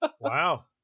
wow